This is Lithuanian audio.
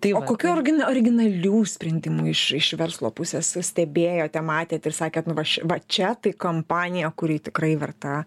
tai o kokių origin originalių sprendimų iš iš verslo pusės stebėjote matėt ir sakėt nu vat va čia tai kampanija kuri tikrai verta